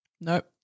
Nope